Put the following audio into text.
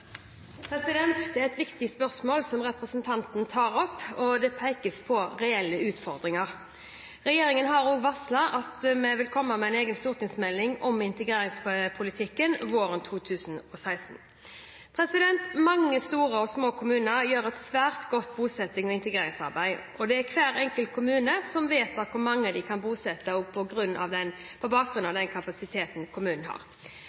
Det er et viktig spørsmål som representanten tar opp, og det pekes på reelle utfordringer. Regjeringen har varslet at vi vil komme med en egen stortingsmelding om integreringspolitikken våren 2016. Mange store og små kommuner gjør et svært godt bosettings- og integreringsarbeid, og det er hver enkelt kommune som vedtar hvor mange de kan bosette på bakgrunn av den kapasiteten kommunen har.